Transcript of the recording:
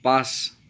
পাঁচ